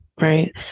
right